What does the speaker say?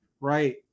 right